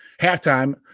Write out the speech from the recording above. halftime